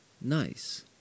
Nice